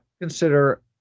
consider